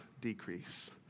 decrease